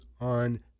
on